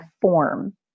form